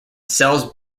sells